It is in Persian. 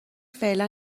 فعلا